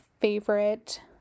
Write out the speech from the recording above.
favorite